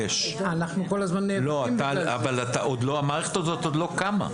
אנחנו כל הזמן נאבקים --- המערכת הזאת עוד לא קמה.